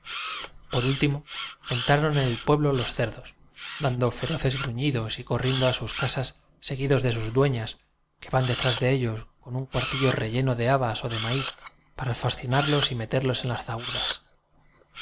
por último entraron en el pueblo los cerdos dando fe roces gruñidos y corriendo a sus casas se guidos de sus dueñas que van detrás de ellos con un cuartillo relleno de habas o de maíz para fascinarlos y meterlos en las